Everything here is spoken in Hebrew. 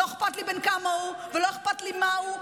לא אכפת לי בן כמה הוא ולא אכפת לי מה הוא,